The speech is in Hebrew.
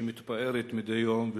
שמתפארת מדי יום,